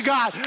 God